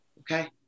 Okay